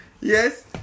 yes